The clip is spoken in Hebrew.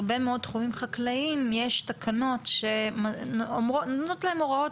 בהרבה מאוד תחומים חקלאיים יש תקנות שנותנות להם הוראות